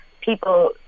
people